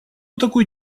такой